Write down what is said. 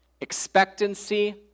Expectancy